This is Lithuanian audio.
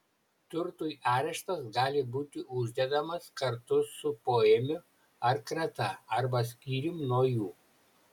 turtui areštas gali būti uždedamas kartu su poėmiu ar krata arba skyrium nuo jų